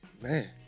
Man